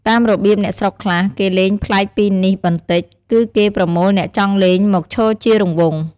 តាមរបៀបអ្នកស្រុកខ្លះ គេលេងប្លែកពីនេះបន្តិច គឺគេប្រមូលអ្នកចង់លេងមកឈរជារង្វង់។